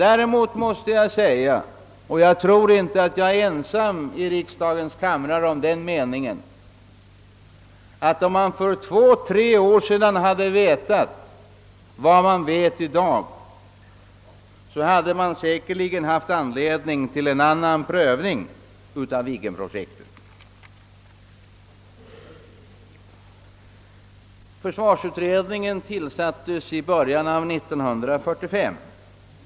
Däremot måste jag säga — och jag tror inte att jag är ensam i riksdagens kamrar om denna mening — att om man för två eller tre år sedan hade vetat vad man vet i dag, så hade det säkerligen funnits anledning till en annan prövning av Viggen-projektet. Försvarsutredningen tillsattes i början av år 1965.